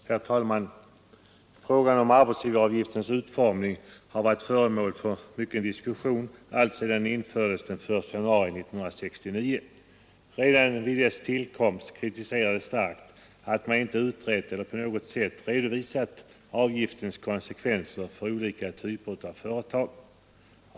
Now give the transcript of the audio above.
Herr talman! Frågan om arbetsavgivaravgiftens utformning har varit föremål för mycken diskussion alltsedan den infördes den 1 januari 1969. Redan vid avgiftens tillkomst kritiserades starkt att man inte utrett eller på något sätt redovisat dess konsekvenser för olika typer av företag.